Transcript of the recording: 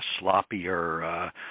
sloppier